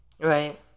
Right